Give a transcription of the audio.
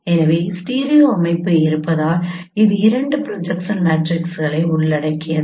எனவே ஸ்டீரியோ அமைப்பு இருப்பதால் இது இரண்டு ப்ரொஜெக்ஷன் மேட்ரிக்ஸ்களை உள்ளடக்கியது